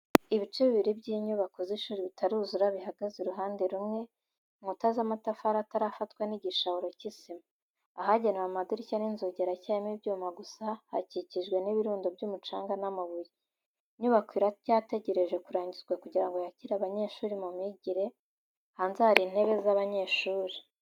Ibice bibiri by’inyubako z’ishuri bitaruzura bihagaze iruhande rumwe, inkuta z’amatafari atarafatwa n’igishahuro cy'isima. Ahagenewe amadirishya n’inzugi haracyarimo ibyuma gusa, hakikijwe n’ibirundo by’umucanga n’amabuye. Inyubako iracyategereje kurangizwa kugira ngo yakire abanyeshuri mu myigire. Hanze hari intebe z'abanyeshuri.